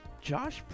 Josh